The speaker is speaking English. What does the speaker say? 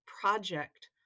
project